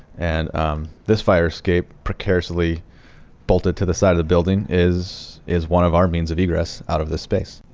and um this fire escape, precariously bolted to the side of the building building is one of our means of egress out of this space.